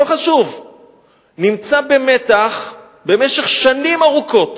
נמצא במתח במשך שנים ארוכות.